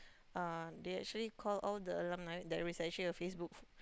uh they actually call all the alumni there is actually a Facebook